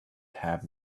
tab